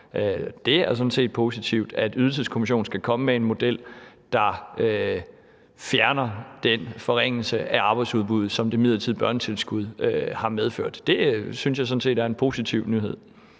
Det er sådan set positivt, at Ydelseskommissionen skal komme med en model, der fjerner den forringelse af arbejdsudbuddet, som det midlertidige børnetilskud har medført. Det synes jeg sådan set er en positiv nyhed.